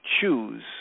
choose